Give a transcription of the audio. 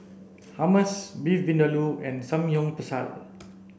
Hummus Beef Vindaloo and Samgyeopsal